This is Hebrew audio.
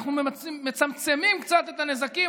אנחנו מצמצמים קצת את הנזקים,